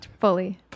Fully